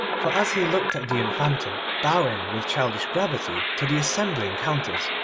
for as he looked at the infanta bowing with childish gravity to the assembling counters,